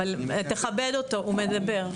אבל תכבד אותו, הוא מדבר.